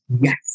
Yes